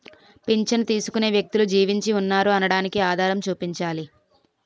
పింఛను తీసుకునే వ్యక్తులు జీవించి ఉన్నారు అనడానికి ఆధారం చూపించాలి